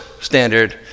standard